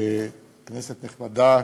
כנסת נכבדה,